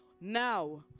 Now